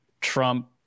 trump